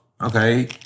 Okay